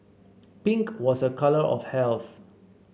pink was a colour of health